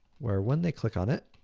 where when they click on it,